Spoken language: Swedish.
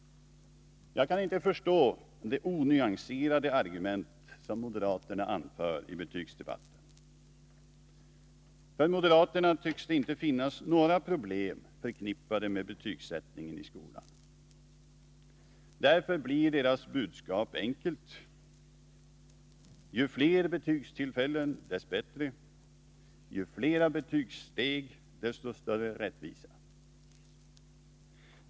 Jag kan inte förstå de onyanserade argument som moderaterna anför i betygsdebatten. För moderaterna tycks det inte finnas några problem förknippade med betygsättningen i skolan. Därför blir deras budskap enkelt: Ju fler betygstillfällen, desto bättre. Ju fler betygssteg, desto större rättvisa.